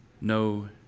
no